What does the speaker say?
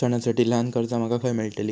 सणांसाठी ल्हान कर्जा माका खय मेळतली?